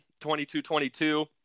22-22